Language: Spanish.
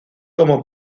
como